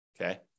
okay